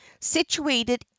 situated